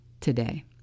today